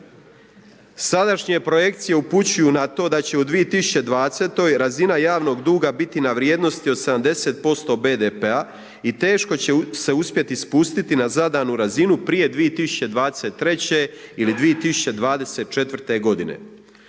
sadašnje projekcije upućuju na to da će u 2020. razina javnog duga biti na vrijednosti od 70% BDP-a i teško će se uspjeti spustiti na zadanu razinu prije 2023. ili 2024. godine.